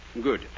Good